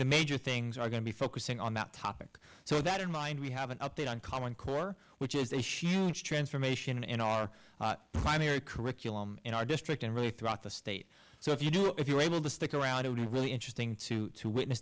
the major things are going to be focusing on that topic so that in mind we have an update on common core which is a huge transformation in our primary curriculum in our district and really throughout the state so if you do if you're able to stick around to do really interesting too to witness